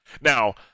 Now